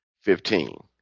Fifteen